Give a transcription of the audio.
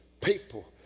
People